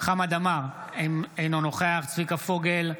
חמד עמאר, אינו נוכח צביקה פוגל,